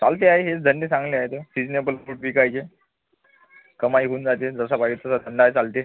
चालते आहे हेच धंदे चांगले आहेत सिजनेबल फ्रूट विकायचे कमाई होऊन जाते जसा पाहिजे तसा धंदा चालते